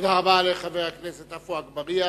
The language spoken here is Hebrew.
תודה רבה לחבר הכנסת עפו אגבאריה.